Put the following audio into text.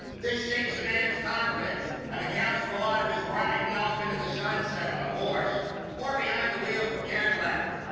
this shakes a man's confidence and accounts for a lot of his riding off into the sunset on a horse or behind the wheel of a cadillac.